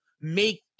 make